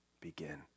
begin